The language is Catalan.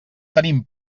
tenim